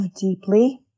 deeply